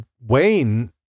wayne